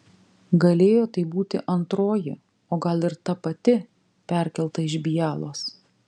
galėjo tai būti antroji o gal ir ta pati perkelta iš bialos